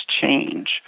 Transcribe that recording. change